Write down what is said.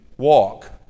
walk